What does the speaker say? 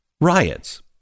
riots